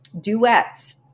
duets